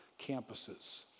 campuses